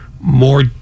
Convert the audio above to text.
more